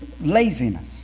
laziness